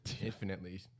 Infinitely